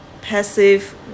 passive